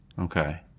Okay